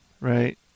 Right